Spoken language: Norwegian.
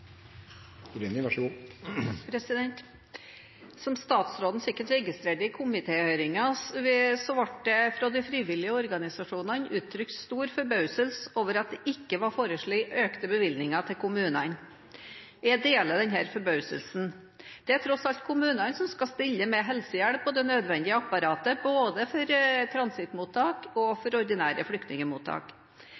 Som statsråden sikkert registrerte i komitéhøringen, ble det fra de frivillige organisasjonene uttrykt stor forbauselse over at det ikke var foreslått økte bevilgninger til kommunene. Jeg deler denne forbauselsen. Det er tross alt kommunene som skal stille med helsehjelp og det nødvendige apparatet både for transittmottak og for ordinære flyktningmottak.